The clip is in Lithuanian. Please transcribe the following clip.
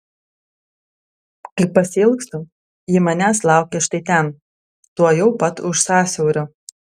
kai pasiilgstu ji manęs laukia štai ten tuojau pat už sąsiaurio